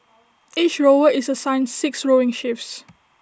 each rower is assigned six rowing shifts